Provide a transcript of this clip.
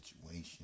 situation